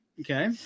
okay